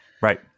Right